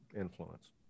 influence